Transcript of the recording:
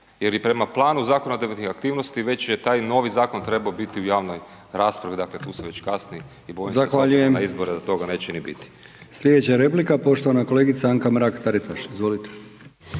jer i prema planu zakonodavnih aktivnosti već je taj novi zakon trebao biti u javnoj raspravi, dakle tu se već kasni i .../Upadica Brkić: Zahvaljujem./...